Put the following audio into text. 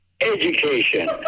Education